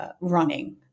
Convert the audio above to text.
running